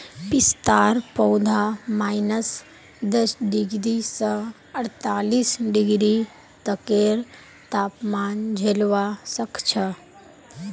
पिस्तार पौधा माइनस दस डिग्री स अड़तालीस डिग्री तकेर तापमान झेलवा सख छ